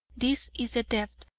this is the debt,